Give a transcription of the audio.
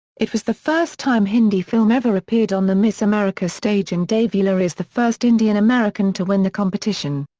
it was the first time hindi film ever appeared on the miss america stage and davuluri is the first indian american to win the competition.